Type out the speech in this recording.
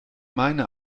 meine